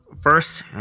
First